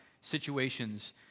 situations